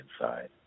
inside